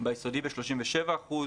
ביסודי ב-37%,